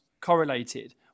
correlated